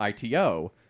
ITO